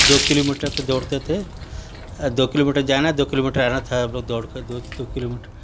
दो किलोमीटर त दौड़ते थे दो किलोमीटर जाना दो किलोमीटर आना था हम लोग दौड़कर दो दो किलोमीटर